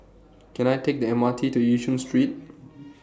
Can I Take The M R T to Yishun Street